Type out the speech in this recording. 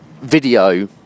video